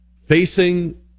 facing